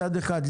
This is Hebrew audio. מצד אחד,